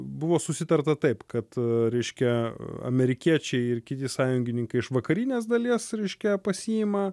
buvo susitarta taip kad reiškia amerikiečiai ir kiti sąjungininkai iš vakarinės dalies reiškia pasiima